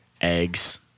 eggs